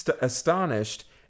astonished